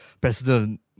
president